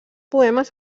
poemes